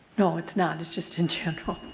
no, it's not just just in general.